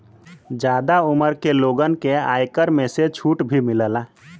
जादा उमर के लोगन के आयकर में से छुट भी मिलला